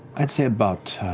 i'd say about,